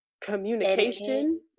communication